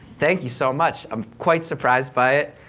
thank you so much. i'm quite surprised by it,